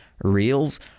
Reels